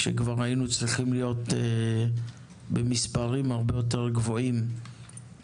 כשכבר היינו צריכים להיות במספרים הרבה יותר גבוהים ב-2023.